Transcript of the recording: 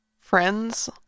Friends